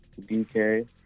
DK